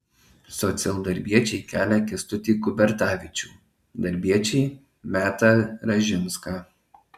socialdarbiečiai kelia kęstutį kubertavičių darbiečiai metą ražinską